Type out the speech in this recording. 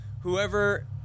whoever